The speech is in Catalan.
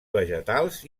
vegetals